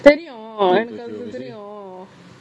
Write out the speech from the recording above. தெரியும் எனக்கு அது தெரியும்:theriyum enaku athu theriyum